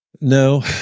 No